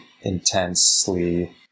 intensely